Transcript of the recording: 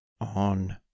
on